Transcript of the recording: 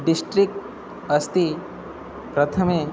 district अस्ति प्रथमे